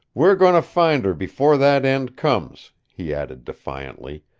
we're going to find her before that end comes, he added defiantly.